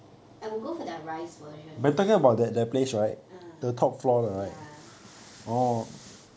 I will go for their rice version instead ah ya